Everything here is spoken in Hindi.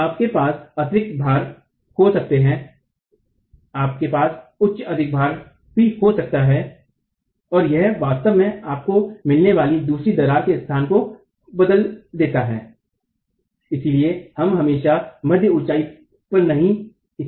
तो आपके पास अतिरिक्त भार हो सकते हैं आपके पास उच्च अधिक भार हो सकता है और यह वास्तव में आपको मिलने वाली दूसरी दरार के स्थान को बदल देता है